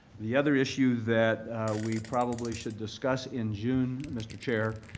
the other issue that we probably should discuss in june, mr. chair,